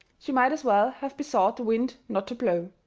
she might as well have besought the wind not to blow.